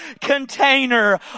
container